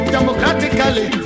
Democratically